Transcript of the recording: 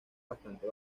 bastante